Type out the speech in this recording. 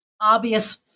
obvious